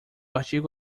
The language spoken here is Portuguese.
artigo